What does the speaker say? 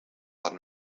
but